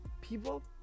people